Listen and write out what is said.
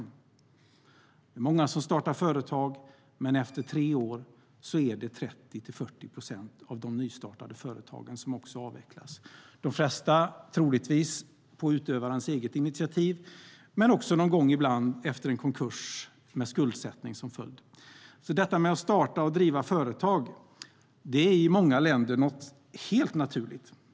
Det är många som startar företag, men efter tre år avvecklas 30-40 procent av de nystartade företagen, de flesta troligtvis på utövarens eget initiativ men någon gång ibland efter en konkurs med skuldsättning som följd. Detta med att starta och driva företag är i många länder något helt naturligt.